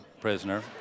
prisoner